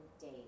date